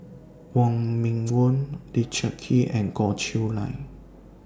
Wong Meng Voon Richard Kee and Goh Chiew Lye